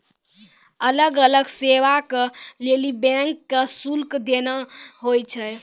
अलग अलग सेवा के लेली बैंक के शुल्क देना होय छै